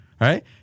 right